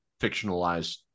fictionalized